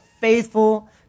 faithful